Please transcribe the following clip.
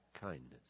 kindness